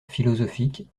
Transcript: philosophiques